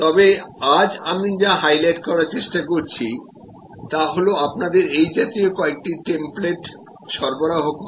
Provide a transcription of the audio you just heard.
তবে আজ আমি যা হাইলাইট করার চেষ্টা করছি তা হল আপনাদের এই জাতীয় কয়েকটি টেমপ্লেট সরবরাহ করা